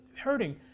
hurting